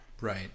Right